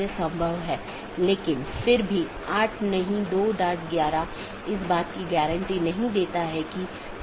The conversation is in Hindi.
तो मैं AS1 से AS3 फिर AS4 से होते हुए AS6 तक जाऊँगा या कुछ अन्य पाथ भी चुन सकता हूँ